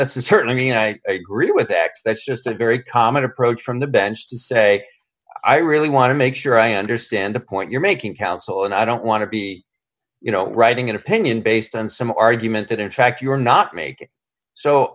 necessarily mean i agree with x that's just a very common approach from the bench to say i really want to make sure i understand the point you're making counsel and i don't want to be you know writing an opinion based on some argument that in fact you're not mak